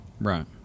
Right